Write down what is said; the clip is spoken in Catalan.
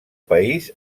país